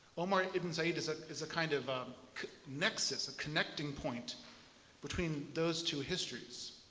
omar ibn said is ah is a kind of nexus, a connecting point between those two histories.